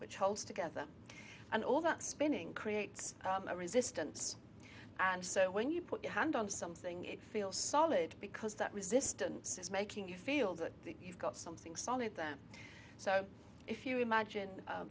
which holds together and all that spinning creates a resistance and so when you put your hand on something it feels solid because that resistance is making you feel that you've got something solid them so if you imagine